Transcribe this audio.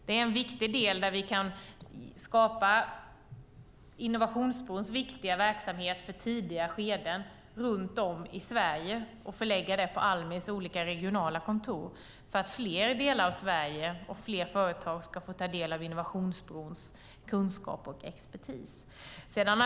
Det är väsentligt att skapa Innovationsbrons viktiga verksamhet för tidiga skeden runt om i Sverige och förlägga den på Almis olika regionala kontor, så att fler delar av Sverige och fler företag ska få ta del av Innovationsbrons kunskaper och expertis.